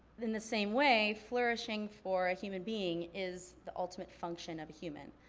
in the same way flourishing for a human being is the ultimate function of a human.